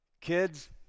Kids